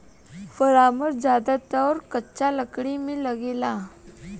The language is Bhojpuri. पराइमर ज्यादातर कच्चा लकड़ी में लागेला